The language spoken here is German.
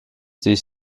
sich